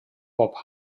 bob